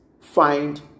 find